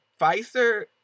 Pfizer